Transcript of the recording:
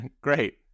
Great